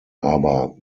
aber